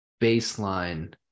baseline